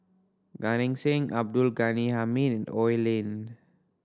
Gan Eng Seng Abdul Ghani Hamid Oi Lin